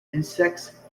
insects